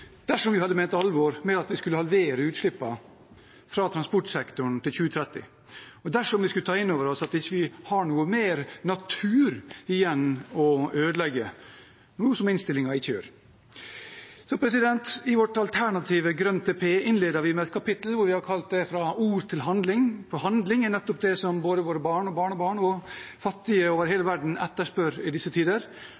dersom vi hadde ment alvor med at vi skal halvere utslippene fra transportsektoren innen 2030, og dersom vi hadde tatt inn over oss at vi ikke har noe mer natur igjen å ødelegge – noe innstillingen ikke gjør. I vår alternative «GrønNTP» innleder vi med et kapittel vi har kalt «Fra ord til handling», for handling er nettopp det både våre barn og barnebarn og fattige over hele